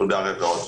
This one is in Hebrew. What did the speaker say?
בולגריה ועוד.